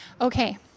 Okay